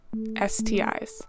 STIs